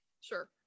Sure